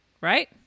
Right